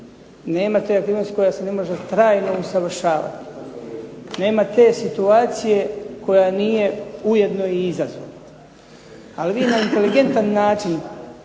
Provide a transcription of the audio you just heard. nema te aktivnosti koja se ne može trajno usavršavati, nema te situacije koja nije ujedno i izazove. Ali vi na inteligentan način